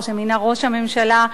או שמינה ראש הממשלה,